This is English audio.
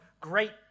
great